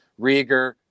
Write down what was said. Rieger